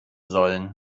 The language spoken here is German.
sollen